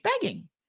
begging